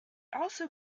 also